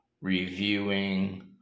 reviewing